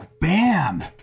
Bam